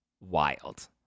wild